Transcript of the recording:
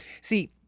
see